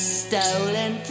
stolen